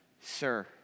Sir